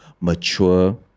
mature